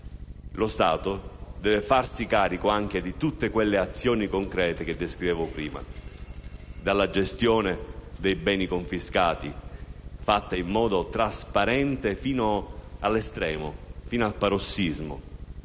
esso deve farsi carico anche di tutte quelle azioni concrete che descrivevo prima, dalla gestione dei beni confiscati, fatta in modo trasparente fino all'estremo, fino al parossismo.